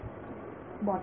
विद्यार्थी बॉटम